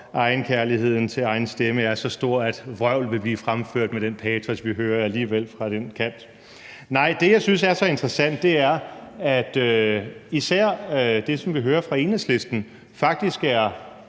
egenkærligheden til egen stemme er så stor, at vrøvl vil blive fremført med den patos, vi alligevel hører fra den kant. Nej, det, jeg synes er så interessant, er, at især det, som vi hører fra Enhedslisten, faktisk er